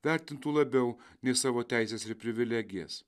vertintų labiau nei savo teises ir privilegijas